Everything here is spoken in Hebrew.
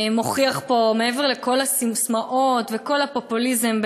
מוכיח פה מעבר לכל הססמאות וכל הפופוליזם,